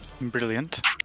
Brilliant